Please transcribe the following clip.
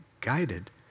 guided